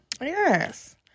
Yes